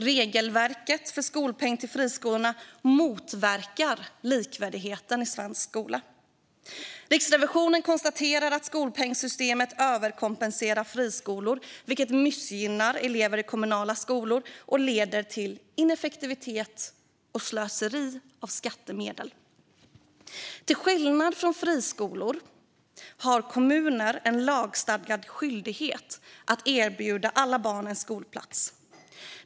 Regelverket för skolpeng till friskolorna motverkar likvärdigheten i svensk skola. Riksrevisionen konstaterar att skolpengssystemet överkompenserar friskolor, vilket missgynnar elever i kommunala skolor och leder till ineffektivitet och slöseri med skattemedel. Till skillnad från friskolor har kommuner en lagstadgad skyldighet att erbjuda alla barn en skolplats.